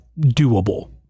doable